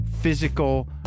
physical